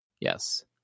Yes